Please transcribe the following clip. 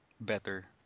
better